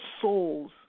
souls